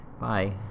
bye